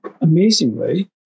Amazingly